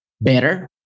better